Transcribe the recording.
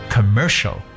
Commercial